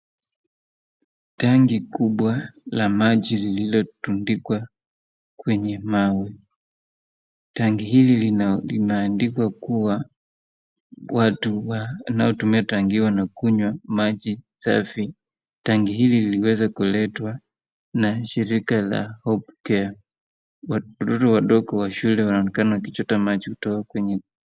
Tangi kubwa la maji lililotundikwa kwenye mawe. Tangi hili linaandikwa kuwa watu wanaotumia tangii hii wanakunywa maji safi tangi hii liliweza kuletwa na shirika la Hope Care watoto wadogo wa shule wanaonekana wakichota maji kutoka kwenye.